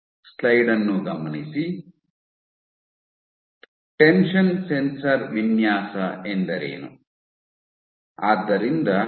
tension sensor ವಿನ್ಯಾಸ ಎಂದರೇನು